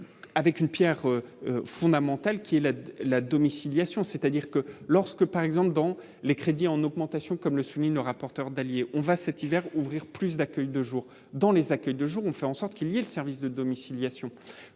avec une Pierre fondamentale qui est la la domiciliation, dire que lorsque, par exemple dans les crédits en augmentation, comme le souligne le rapporteur d'alliés, on va cet hiver, ouvrir plus d'accueil de jour dans les accueils de jour, on fait en sorte qu'il y a le service de domiciliation